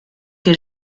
que